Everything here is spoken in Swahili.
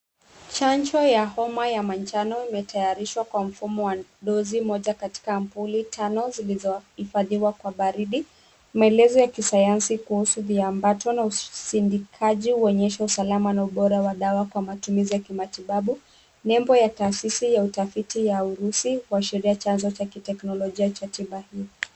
Chanjo ya homa ya manjano imetayarishwa kwa mfumo wa dosi moja katika sampuli tano zilizohifadhiwa kwa baridi, maelezo ya kisayansi kuhusu viambato na usindikaji huonyesha usalama na ubora wa dawa kwa matumizi ya kimatibabu. Nembo ya taasisi ya utafiti ya urusi huashiria chanzo cha kiteknolojia cha tiba hii.